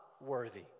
worthy